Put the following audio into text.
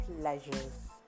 Pleasures